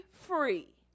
free